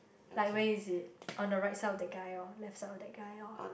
like where is it on the right side of the guy oh left side of that guy oh